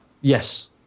yes